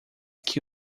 que